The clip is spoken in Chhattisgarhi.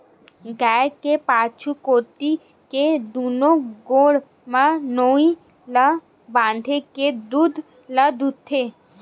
गाय के पाछू कोती के दूनो गोड़ म नोई ल बांधे के दूद ल दूहूथे